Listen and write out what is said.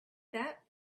that